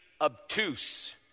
obtuse